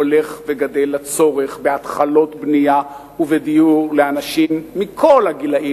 הולך וגדל הצורך בהתחלות בנייה ובדיור לאנשים מכל הגילים,